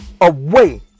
away